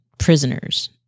prisoners